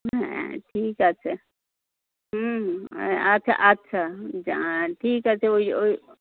হ্যাঁ ঠিক আছে হুম আচ্ছা আচ্ছা ঠিক আছে ওই ওই